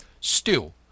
Still